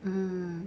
hmm